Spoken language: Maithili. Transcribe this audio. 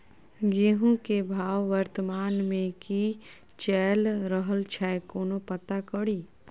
गेंहूँ केँ भाव वर्तमान मे की चैल रहल छै कोना पत्ता कड़ी?